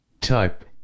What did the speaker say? Type